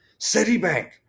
Citibank